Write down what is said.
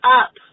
up